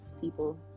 people